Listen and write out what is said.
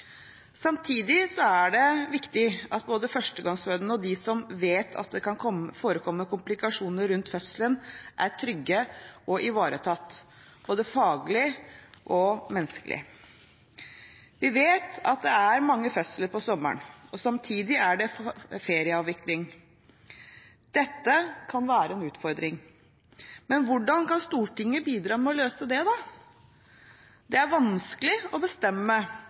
Samtidig er det viktig at både førstegangsfødende og de som vet at det kan forekomme komplikasjoner rundt fødselen, er trygge og ivaretatt både faglig og menneskelig. Vi vet at det er mange fødsler om sommeren, samtidig er det ferieavvikling. Dette kan være en utfordring. Hvordan kan Stortinget bidra til å løse det? Det er vanskelig å bestemme